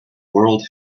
world